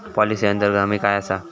Policy अंतर्गत हमी काय आसा?